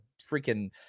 freaking